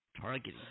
targeting